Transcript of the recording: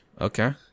okay